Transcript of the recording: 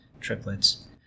triplets